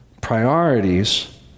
priorities